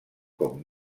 cop